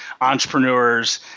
entrepreneurs